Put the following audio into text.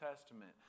Testament